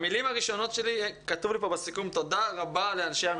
המילים הראשונות שלי כתוב לי פה בסיכום: תודה רבה לאנשי המשרד.